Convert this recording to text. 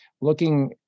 looking